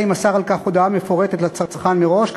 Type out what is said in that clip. אלא אם מסר על כך הודעה מפורטת לצרכן מראש,